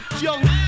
Young